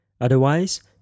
Otherwise